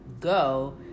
go